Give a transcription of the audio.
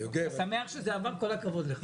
שמח שזה עבר, כל הכבוד לך.